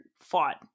fought